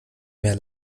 mehr